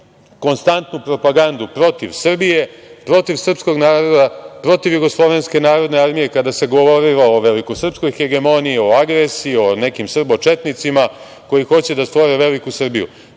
konstantnu propagandu protiv Srbije, protiv srpskog naroda, protiv Jugoslovenske narodne armije, kada se govorilo o velikosrpskoj hegemoniji, o agresiji, o nekim srbo-četnicima koji hoće da stvore veliku Srbiju. Ta